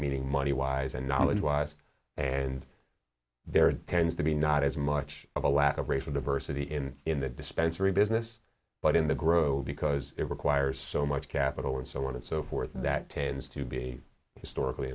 meaning moneywise and knowledge wise and there tends to be not as much of a lack of racial diversity in in the dispensary business but in the grove because it requires so much capital and so on and so forth and that tends to be historically